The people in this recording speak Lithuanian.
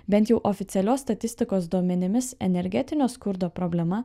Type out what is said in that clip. bent jau oficialios statistikos duomenimis energetinio skurdo problema